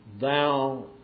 Thou